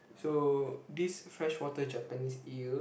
so this fresh water Japanese eel